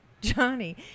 Johnny